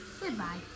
Goodbye